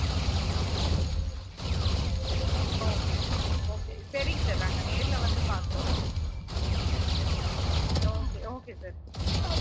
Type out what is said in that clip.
ஆ okay sir okay சரிங்க sir நாங்கள் நேரில் வந்து பார்க்குறோம் ஆ okay okay okay sir thank you